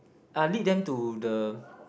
uh lead them to the